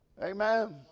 Amen